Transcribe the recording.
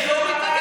זה לא מתנגש.